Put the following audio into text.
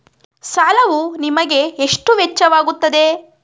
ಸಾಲವು ನಿಮಗೆ ಎಷ್ಟು ವೆಚ್ಚವಾಗುತ್ತದೆ?